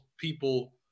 people